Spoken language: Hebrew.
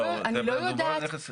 לא, זה דובר על נכס אלקטרוני.